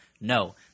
No